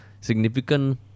significant